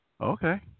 Okay